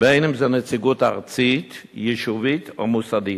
אם נציגות ארצית, אם יישובית או מוסדית.